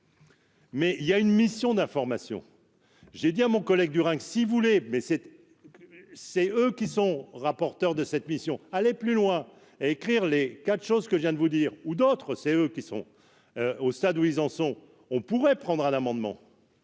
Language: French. Mais il y a une mission d'information, j'ai dit à mon collègue du hein, si vous voulez, mais c'est, c'est eux qui sont rapporteur de cette mission : aller plus loin, à écrire les quatre choses que je viens de vous dire ou d'autres, c'est eux qui sont au stade où ils en sont, on pourrait prendre à l'amendement.